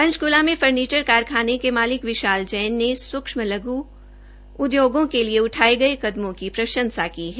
पंचकृला में फर्नीचर कारखाने के मालिक विशाल जैन ने सूक्षम और लघ् उद्योगों के लिए उठाये गये कदमों की प्रंशसा की है